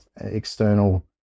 external